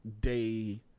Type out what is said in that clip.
day